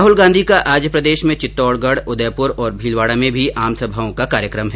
राहल गांधी का आज प्रदेश में चित्तौडगढ उदयपुर और भीलवाडा में भी आमसभाओं का कार्यक्रम है